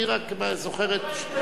אני רק זוכר את,